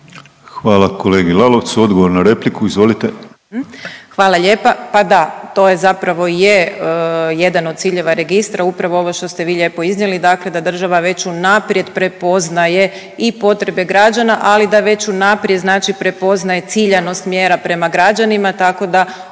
Hvala kolegi Lalovcu. Odgovor na repliku, izvolite. **Rogić Lugarić, Tereza** Hvala lijepa, pa da to i zapravo i je jedan od ciljeva registra upravo ovo što ste vi lijepo iznijeli dakle da država već unaprijed prepoznaje i potrebe građana, ali da već unaprijed znači prepoznaje ciljanost mjera prema građanima tako da